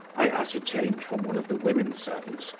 i ascertained from one of the women-servants,